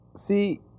See